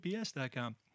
ups.com